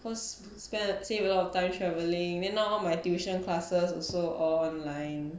cause save a lot of time travelling then now my tuition classes also all online